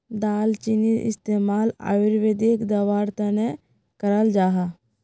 दालचीनीर इस्तेमाल आयुर्वेदिक दवार तने कराल जाहा